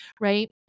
right